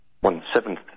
One-seventh